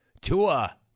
Tua